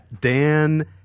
Dan